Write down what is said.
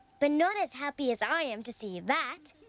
but not as happy as i am to see that!